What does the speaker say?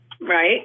Right